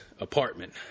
apartment